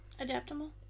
Adaptable